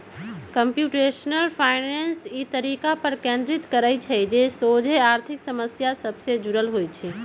computational finance इ तरीका पर केन्द्रित करइ छइ जे सोझे आर्थिक समस्या सभ से जुड़ल होइ छइ